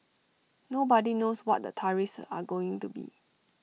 nobody knows what the tariffs are going to be